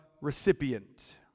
recipient